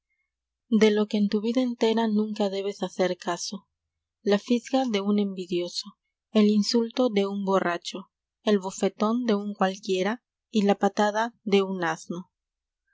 e lo que en tu vida entera nunca debes hacer caso la fisga de un envidioso borracho el insulto de un el bofetón de un y cualquiera la patada de un asno